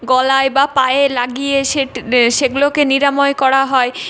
গলায় বা পায়ে লাগিয়ে সেট সেগুলোকে নিরাময় করা হয়